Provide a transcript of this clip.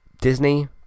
Disney